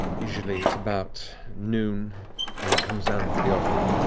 usually it's about noon when it comes down for the offering.